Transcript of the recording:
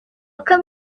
come